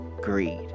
Greed